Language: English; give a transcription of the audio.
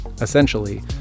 essentially